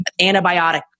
antibiotic